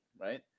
right